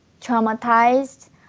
traumatized